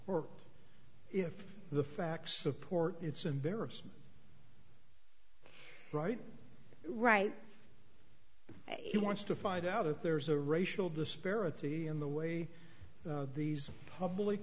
or if the facts support it's embarrassing right right he wants to find out if there is a racial disparity in the way these public